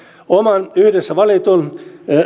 oman yhdessä valitun